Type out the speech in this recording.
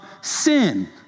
sin